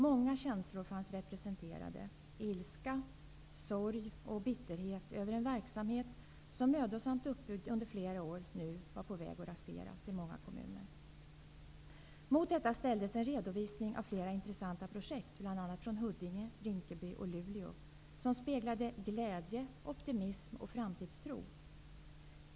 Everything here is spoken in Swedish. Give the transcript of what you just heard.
Många känslor fanns representerade: ilska, sorg och bitterhet över att en verksamhet som mödosamt byggts upp under flera år nu var på väg att raseras i många kommuner. Mot detta ställdes en redovisning av flera intressanta projekt, bl.a. från Huddinge, Rinkeby och Luleå, som speglade glädje, optimism och framtidstro.